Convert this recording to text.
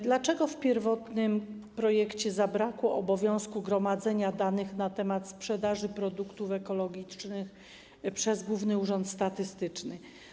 Dlaczego w pierwotnym projekcie zabrakło obowiązku gromadzenia danych na temat sprzedaży produktów ekologicznych przez Główny Urząd Statystyczny?